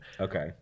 Okay